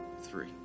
three